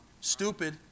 stupid